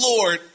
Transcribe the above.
Lord